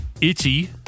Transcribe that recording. Itchy